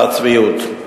והצביעות?